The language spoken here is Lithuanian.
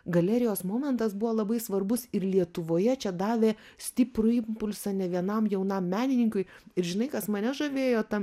galerijos momentas buvo labai svarbus ir lietuvoje čia davė stiprų impulsą ne vienam jaunam menininkui ir žinai kas mane žavėjo tam